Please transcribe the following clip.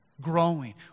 Growing